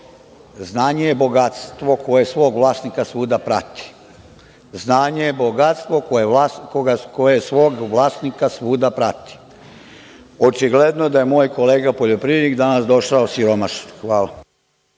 Znanje je bogatstvo koje svog vlasnika svuda prati, očigledno je da je moj kolega poljoprivrednik danas došao siromašan. Hvala.